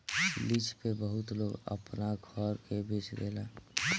lease पे बहुत लोग अपना घर के बेच देता